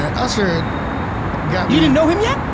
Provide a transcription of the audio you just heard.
and usher got me you didn't know him yet?